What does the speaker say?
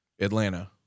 Atlanta